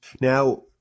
Now